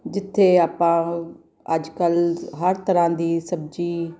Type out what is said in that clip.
ਜਿੱਥੇ ਆਪਾਂ ਅੱਜ ਕੱਲ੍ਹ ਹਰ ਤਰ੍ਹਾਂ ਦੀ ਸਬਜ਼ੀ